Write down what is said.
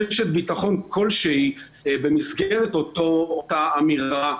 רשת ביטחון כלשהי במסגרת אותה אמירה,